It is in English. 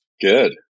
Good